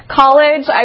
college